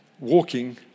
walking